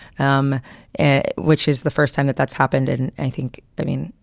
um and which is the first time that that's happened. and i think i mean,